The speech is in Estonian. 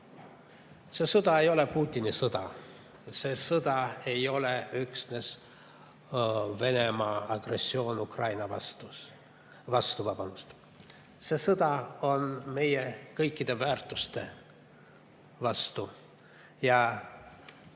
See sõda ei ole Putini sõda, see sõda ei ole üksnes Venemaa agressioon Ukraina vastu. See sõda on meie kõikide väärtuste vastu.